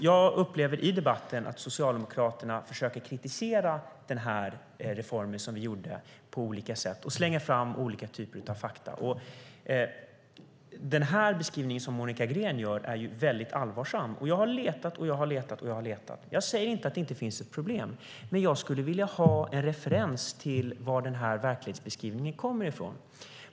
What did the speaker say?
Jag upplever i debatten att Socialdemokraterna försöker kritisera den reform vi genomförde på olika sätt. De slänger fram olika typer av fakta. Den beskrivning som Monica Green gör är allvarlig. Jag har letat och letat. Jag säger inte att det inte finns ett problem, men jag skulle vilja ha en referens till var denna verklighetsbeskrivning kommer ifrån.